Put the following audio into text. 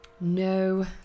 No